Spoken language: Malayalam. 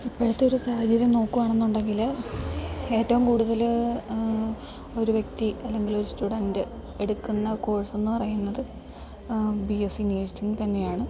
ഇപ്പഴത്തെ ഒരു സാഹചര്യം നോക്കുവാണെന്ന് ഉണ്ടെങ്കിൽ ഏറ്റവും കൂടുതൽ ഒരു വ്യക്തി അല്ലെങ്കിൽ ഒരു സ്റ്റുഡൻറ് എടുക്കുന്ന കോഴ്സ്ന്ന് പറയുന്നത് ബി എസ് സി നയഴ്സിങ് തന്നെയാണ്